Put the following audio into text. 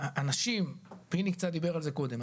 אנשים ופיני קצת דיבר על זה קודם,